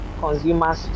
consumers